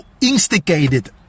instigated